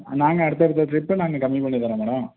நாங்கள் அடுத்த அடுத்த ட்ரிப்பு நாங்கள் கம்மி பண்ணி தர்றோம் மேடம்